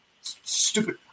Stupid